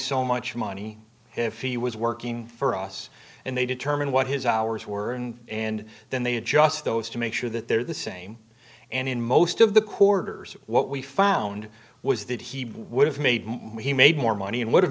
so much money if he was working for us and they determine what his hours were and then they adjust those to make sure that they're the same and in most of the quarters what we found was that he would have made more he made more money and would have